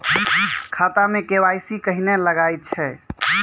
खाता मे के.वाई.सी कहिने लगय छै?